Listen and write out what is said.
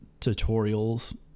tutorials